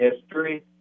history